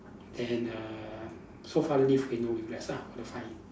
then err so far live with no regrets ah for the five years